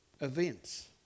events